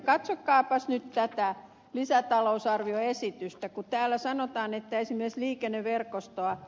katsokaapas nyt tätä lisätalousarvioesitystä kun täällä sanotaan ettei se myös liikenneverkostoa